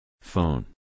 Phone